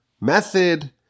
method